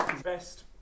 best